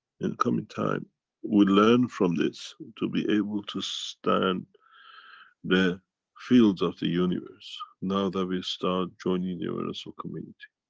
in the coming time we learn from this to be able to stand the fields of the universe. now that we start joining the universal community.